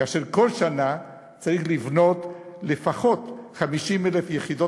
כאשר בכל שנה צריך לבנות לפחות 50,000 יחידות